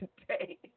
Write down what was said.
today